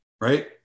right